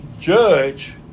judge